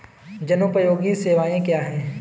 जनोपयोगी सेवाएँ क्या हैं?